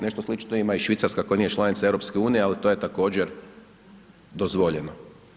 Nešto slično ima i Švicarska koja nije članica EU, ali to je također dozvoljeno.